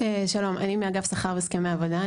שלום, אני מאגף שכר והסכמי עבודה.